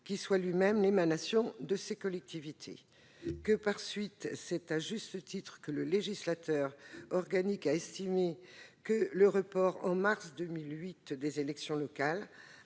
qui soit lui-même l'émanation de ces collectivités ; que, par suite, c'est à juste titre que le législateur organique a estimé que le report en mars 2008 des élections locales